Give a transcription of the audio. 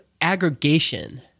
aggregation